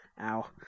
Ow